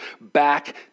back